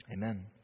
Amen